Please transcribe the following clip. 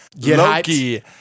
Loki